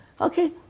Okay